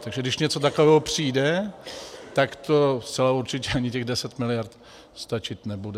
Takže když něco takového přijde, tak zcela určitě ani těch 10 miliard stačit nebude.